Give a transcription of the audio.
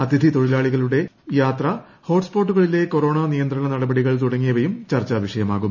അതിഥി തൊഴിലാളികളുടെ യാത്ര ഹോട്ട്സ്പോട്ടുകളിലെ കൊറോണ നിയന്ത്രണ നടപടികൾ തുടങ്ങിയവയും ചർച്ചാ വിഷയമാകും